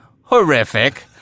horrific